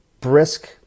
Brisk